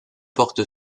porte